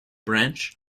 branch